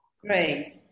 Great